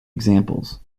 examples